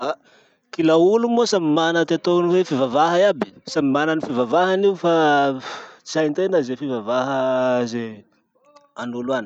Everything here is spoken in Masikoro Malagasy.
Ah! kila olo moa samy mana ty ataony hoe fivavaha iaby. Samy mana ty fivavahany io fa tsy haintena ze fivavaha ze an'olo any.